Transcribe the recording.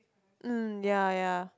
mm ya ya